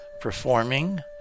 performing